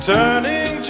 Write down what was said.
Turning